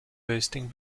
bursting